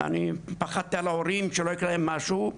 אני פחדתי על ההורים שלא ייקרה להם משהו,